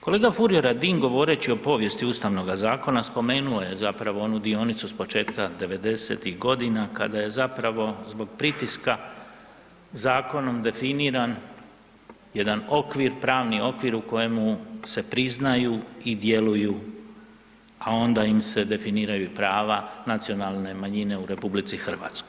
Kolega Furio Radin govoreći o povijesti Ustavnog zaklona, spomenuo je zapravo onu dionicu s početka 90-ih godina kada je zapravo zbog pritiska zakonom definiran jedan okvir, pravni okvir u kojemu se priznaju i djeluju a onda im se definiraju i prava nacionalne manjine u RH.